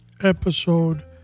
episode